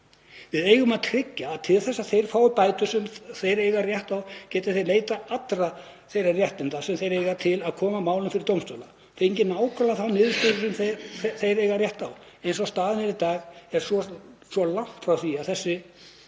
Við eigum að tryggja að til þess að þeir fái bætur sem þeir eiga rétt á geti þeir leitað allra þeirra réttinda sem þeir eiga til að koma málum fyrir dómstóla, fengið nákvæmlega þá niðurstöðu sem þeir eiga rétt á. Eins og staðan er í dag er svo langt frá því og þess